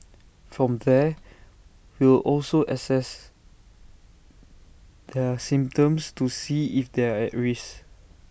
from there we'll also assess their symptoms to see if they're at risk